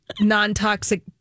non-toxic